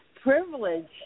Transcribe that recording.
privilege